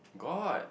god